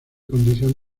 condición